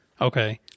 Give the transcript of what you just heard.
Okay